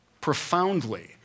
profoundly